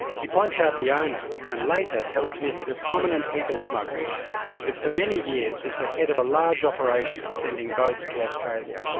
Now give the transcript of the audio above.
he points out the owner, and later tells me he's a prominent people smuggler who for many years was the head of a large operation sending boats to australia.